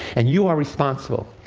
and you are responsible.